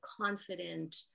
confident